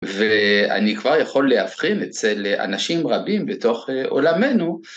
ואני כבר יכול לאבחן אצל אנשים רבים בתוך עולמנו.